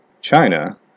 China